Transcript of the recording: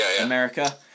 America